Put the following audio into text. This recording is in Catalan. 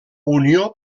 unió